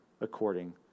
according